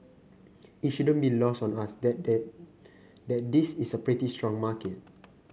it shouldn't be lost on us that that that this is a pretty strong market